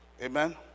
Amen